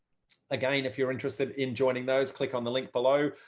again, if you're interested in joining those, click on the link below.